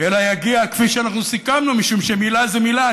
אלא יגיע כפי שאנחנו סיכמנו, משום שמילה זו מילה.